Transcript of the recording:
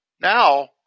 Now